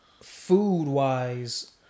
food-wise